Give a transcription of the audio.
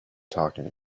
talking